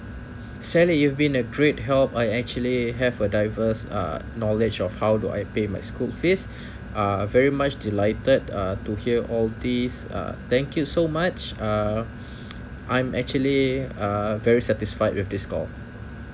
sally you've been a great help I actually have a diverse uh knowledge of how do I pay my school fees uh very much delighted uh to hear all these uh thank you so much um I'm actually uh very satisfied with this call